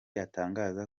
atangaza